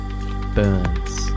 Burns